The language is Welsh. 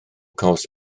cost